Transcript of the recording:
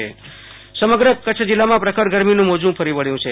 આશુતોષ અંતાણી કચ્છ હવમાન સમગ્ર કચ્છ જિલ્લામાં પખર ગરમીનું મોજું ફરી વળ્યું છે